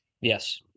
Yes